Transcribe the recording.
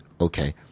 Okay